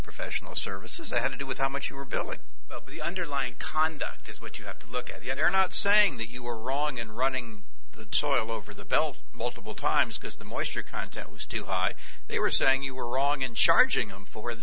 professional services i had to do with how much you were billing the underlying conduct is what you have to look at the other not saying that you were wrong in running the soil over the belt multiple times because the moisture content was too high they were saying you were wrong in charging them for the